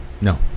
No